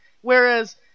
Whereas